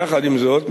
יחד עם זאת,